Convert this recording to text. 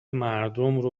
مردمو